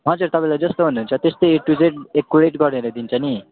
हजुर तपाईँलाई जस्तो भन्नुहुन्छ त्यस्तै ए टू जेड एक्युरेट गरेर दिन्छ नि